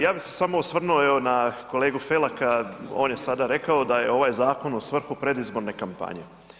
Ja bi se samo osvrnuo evo na kolegu Felaka, on je sada rekao da je ovaj zakon u svrhu predizborne kampanje.